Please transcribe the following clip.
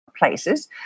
places